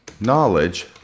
knowledge